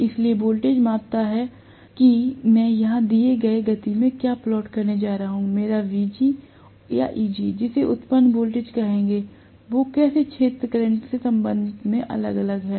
इसलिए वोल्टेज मापता है कि मैं यहां दिए गए गति से क्या प्लॉट करने जा रहा हूं मेरा VG या EG जिसे उत्पन्न वोल्टेज कहेंगेवो कैसे क्षेत्र करंट के संबंध में अलग अलग है